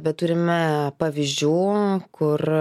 bet turime pavyzdžių kur